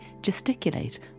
gesticulate